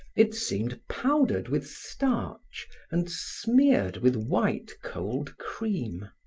it seemed powdered with starch and smeared with white cold cream.